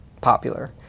popular